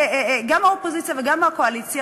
גם מהאופוזיציה וגם מהקואליציה,